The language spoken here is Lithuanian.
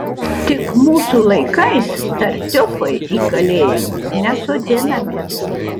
tik mūsų laikais tartiufai į kalėjimus nesodinami